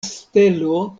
stelo